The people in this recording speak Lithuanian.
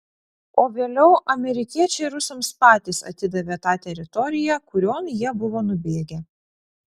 o vėliau amerikiečiai rusams patys atidavė tą teritoriją kurion jie buvo nubėgę